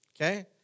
Okay